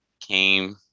came